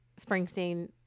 Springsteen